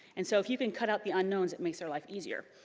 and so if you can cut out the unknowns, it makes their life easier.